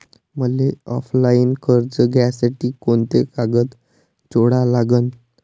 मले ऑफलाईन कर्ज घ्यासाठी कोंते कागद जोडा लागन?